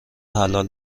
حلال